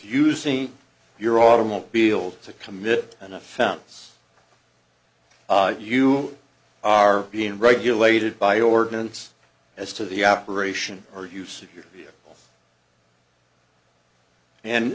using your automobile to commit an offense you are being regulated by ordinance as to the operation or use of your view and